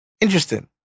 Interesting